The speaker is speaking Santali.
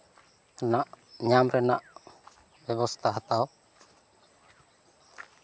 ᱨᱮᱱᱟᱜ ᱧᱟᱢ ᱨᱮᱱᱟᱜ ᱵᱮᱵᱚᱥᱛᱷᱟ ᱦᱟᱛᱟᱣ